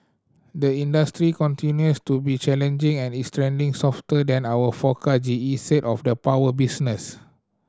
the industry continues to be challenging and is trending softer than our forecast G E said of the power business